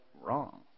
wrong